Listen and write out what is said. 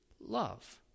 love